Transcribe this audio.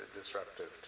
disruptive